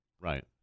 Right